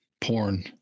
porn